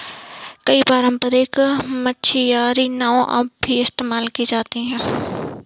कई पारम्परिक मछियारी नाव अब भी इस्तेमाल की जाती है